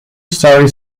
story